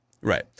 Right